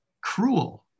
cruel